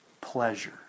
pleasure